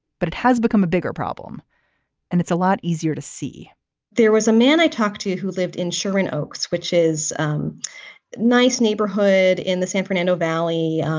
but it has become a bigger problem and it's a lot easier to see there was a man i talked to who lived in sherman oaks, which is a um nice neighborhood in the san fernando valley.